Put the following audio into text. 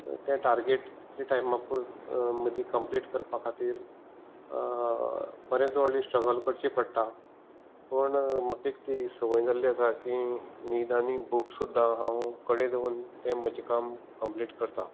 तें टार्गेट तितले टायमा पुर मदीं कम्पलीट करपा खातीर बरें सॉलीड स्ट्रगल करचें पडटा पूण म्हाका एक ती सवय जाल्ली आसा की न्हीद आनी भूख सुद्दा हांव कडे दवरून तें म्हजें काम करतां